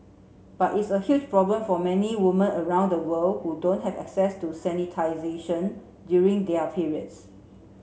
but it's a huge problem for many woman around the world who don't have access to during their periods